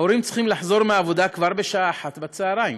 ההורים צריכים לחזור מהעבודה כבר בשעה 13:00?